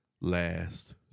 last